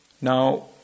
Now